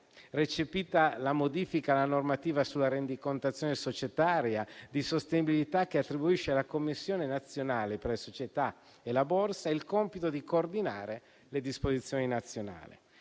recepita la modifica alla normativa sulla rendicontazione societaria di sostenibilità, che attribuisce alla Commissione nazionale per le società e la borsa il compito di coordinare le disposizioni nazionali.